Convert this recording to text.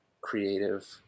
creative